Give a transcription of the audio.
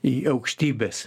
į aukštybes